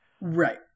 Right